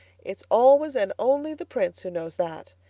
it's always and only the prince who knows that.